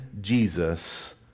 Jesus